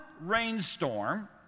rainstorm